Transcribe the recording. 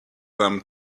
them